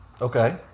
Okay